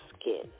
skin